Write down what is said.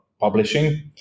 publishing